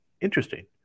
interesting